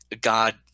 God